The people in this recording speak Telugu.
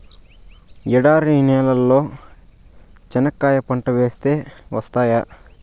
ఎడారి నేలలో చెనక్కాయ పంట వేస్తే వస్తాయా?